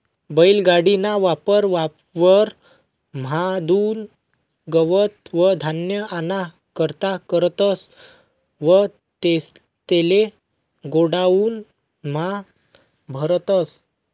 बैल गाडी ना वापर वावर म्हादुन गवत व धान्य आना करता करतस व तेले गोडाऊन म्हा भरतस